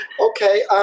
Okay